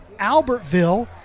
Albertville